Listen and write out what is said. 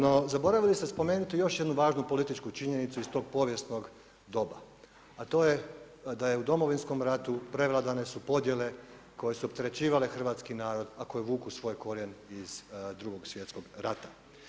No zaboravili ste spomenuti još jednu važnu političku činjenicu iz tog povijesnog doba, a to je da je u Domovinskom ratu prevladane su podjele koje su opterećivale hrvatski narod, a koje vuku svoj korijen iz Drugog svjetskog rata.